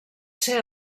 ser